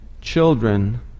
Children